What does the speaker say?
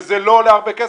וזה לא עולה הרבה כסף.